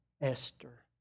Esther